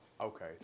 Okay